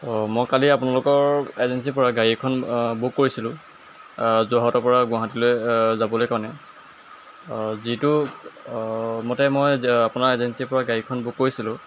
অ' মই কালি আপোনালোকৰ এজেঞ্চিৰ পৰা গাড়ী এখন বুক কৰিছিলোঁ যোৰহাটৰ পৰা গুৱাহাটীলৈ যাবলৈ কাৰণে যিটো মতে মই আপোনাৰ এজেঞ্চিৰ পৰা গাড়ীখন বুক কৰিছিলোঁ